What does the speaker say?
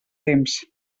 temps